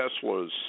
Tesla's